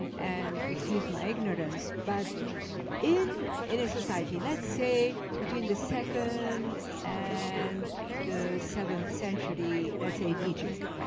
and and excuse my ignorance, but in in a society, let's say between the second and the seventh century, let's say in egypt,